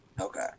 Okay